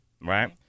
right